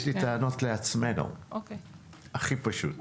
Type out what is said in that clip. יש לי טענות לעצמנו הכי פשוט.